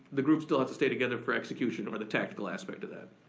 the group still has to stay together for execution or the tactical aspect of that.